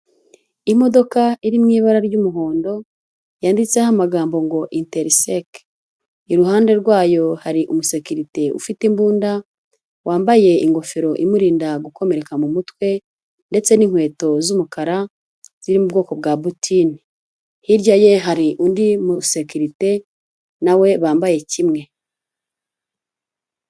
Imodoka iri mu ibara ry'umuhondo, yanditseho amagambo ngo interiseke. Iruhande rwayo hari umusekerite ufite imbunda, wambaye ingofero imurinda gukomereka mu mutwe, ndetse n'inkweto z'umukara ziri mu bwoko bwa butini. Hirya ye hari undi musekirite nawe bambaye kimwe.